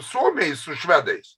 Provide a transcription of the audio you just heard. suomiai su švedais